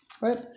Right